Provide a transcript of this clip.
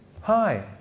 Hi